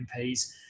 MPs